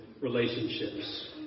relationships